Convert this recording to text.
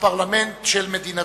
בפרלמנט של מדינתו.